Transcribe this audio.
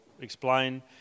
explain